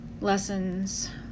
lessons